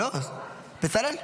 בצלאל?